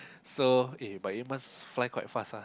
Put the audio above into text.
so eh but eight months fly quite fast ah